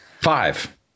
five